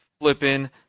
flipping